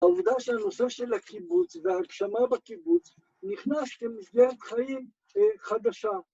העובדה שהנושא של הקיבוץ וההגשמה בקיבוץ נכנסת למסגרת חיים חדשה.